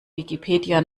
wikipedia